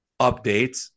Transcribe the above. updates